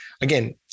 again